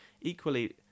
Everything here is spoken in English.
Equally